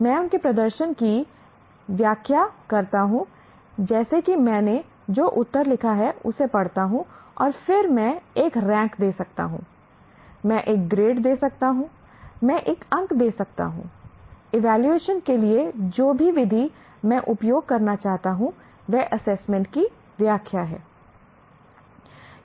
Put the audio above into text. मैं उनके प्रदर्शन की व्याख्या करता हूं जैसे कि मैंने जो उत्तर लिखा है उसे पढ़ता हूं और फिर मैं एक रैंक दे सकता हूं मैं एक ग्रेड दे सकता हूं मैं एक अंक दे सकता हूं इवैल्यूएशन के लिए जो भी विधि मैं उपयोग करना चाहता हूं वह एसेसमेंट की व्याख्या है